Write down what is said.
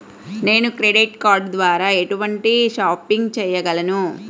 నేను credit card ద్వార ఎటువంటి షాపింగ్ చెయ్యగలను?